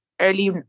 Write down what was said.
early